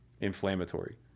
inflammatory